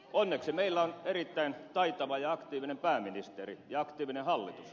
onneksi meillä on erittäin taitava ja aktiivinen pääministeri ja aktiivinen hallitus